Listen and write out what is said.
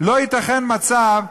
לא ייתכן מצב,